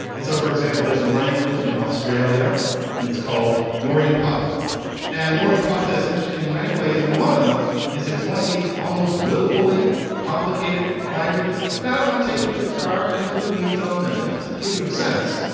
and so, for example, there's a language in australia and it's called maurene parta and maureen parta is interesting in many ways. and one of them is that it's one of these almost willfully complicated languages. and i don't want to take you too far into the weeds on this. but just to give you a sense,